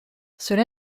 cela